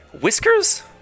whiskers